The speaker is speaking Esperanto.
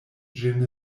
ĝin